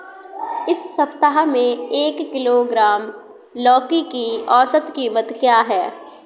इस सप्ताह में एक किलोग्राम लौकी की औसत कीमत क्या है?